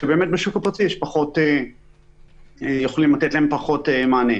כשבשוק הפרטי יכולים לתת להן פחות מענה.